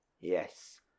Yes